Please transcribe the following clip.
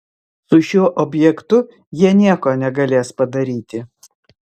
su šiuo objektu jie nieko negalės padaryti